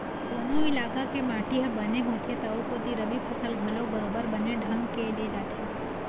कोनो इलाका के माटी ह बने होथे त ओ कोती रबि फसल घलोक बरोबर बने ढंग के ले जाथे